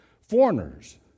Foreigners